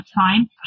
time